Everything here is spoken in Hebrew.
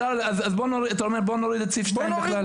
אתה אומר, בוא נוריד בסעיף 2 בכלל את ההגדרה.